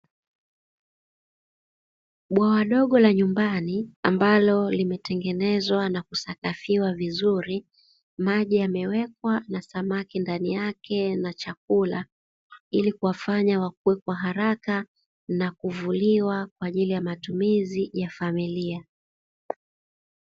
Bwawa dogo la nyumbani ambalo limetengenezwa na kusakafiwa vizuri, maji yamewekwa na samaki ndani yake na chakula, ili kuwafanya wakue kwa haraka na kuvuliwa kwa ajili ya matumizi ya familia.